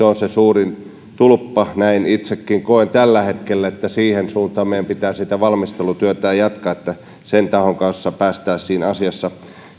on se suurin tulppa näin itsekin koen tällä hetkellä että siihen suuntaan meidän pitää sitä valmistelutyötä jatkaa että sen tahon kanssa päästäisiin siinä asiassa